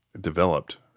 developed